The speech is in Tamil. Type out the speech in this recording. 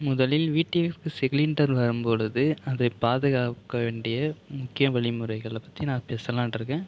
முதலில் வீட்டிற்கு சிலிண்டர் வரும் பொழுது அதை பாதுகாக்க வேண்டிய முக்கிய வழிமுறைகளை பற்றி நான் பேசலாம்ன்ருக்கேன்